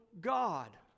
God